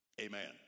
Amen